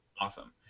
awesome